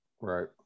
Right